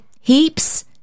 heaps